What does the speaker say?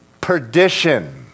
perdition